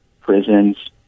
prisons